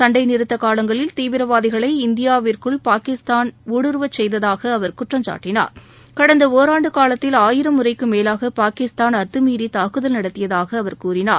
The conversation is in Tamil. சன்டை நிறத்த காலங்களில் தீவிரவாதிகளை இந்தியாவிற்குள் பாகிஸ்தான் ஊடுருவ செய்ததாக அவர் குற்றம் சாட்டினார் கடந்த ஒராண்டு காலத்தில் ஆயிரம் முறைக்கும் மேலாக பாகிஸ்தான் அத்துமீறி துக்குதல் நடத்தியதாக அவர் கூறினார்